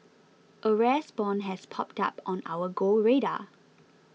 a rare spawn has popped up on our Go radar